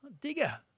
Digger